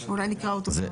אולי נקרא אותו כבר.